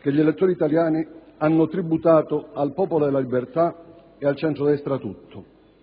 che gli elettori italiani hanno tributato al Popolo della Libertà e al centrodestra tutto.